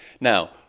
Now